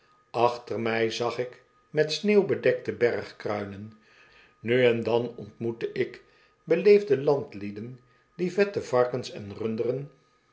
achter mij zag ik met sneeuw bedekte bergkruinen nu en dan ontmoette ik beleefde landlieden die vette varkens en runderen